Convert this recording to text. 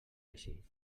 així